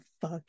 fuck